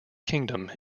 kingdom